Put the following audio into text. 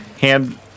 hand